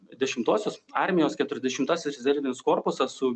dešimtosios armijos keturiasdešimasis rezervinis korpusas su